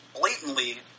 blatantly